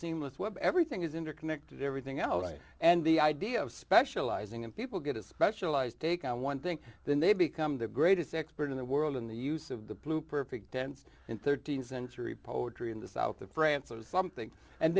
seamless web everything is interconnected everything out and the idea of specializing in people get a specialized take on one thing then they become the greatest expert in the world in the use of the blue perfect tense in th century poetry in the south of france or something and